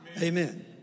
Amen